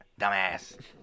Dumbass